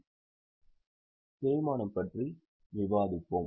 இப்போது தேய்மானம் பற்றி விவாதிப்போம்